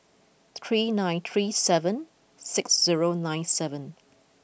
three nine three seven six zero nine seven